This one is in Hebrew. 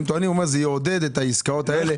הם טוענים, הוא אומר זה יעודד את העסקאות האלה.